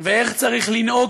ואיך צריך לנהוג,